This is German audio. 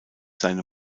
seine